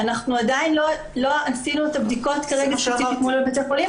אנחנו עדיין לא עשינו את הבדיקות כרגע ספציפית מול בתי החולים,